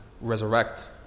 resurrect